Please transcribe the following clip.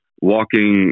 walking